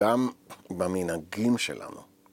‫גם במנהגים שלנו.